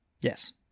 Yes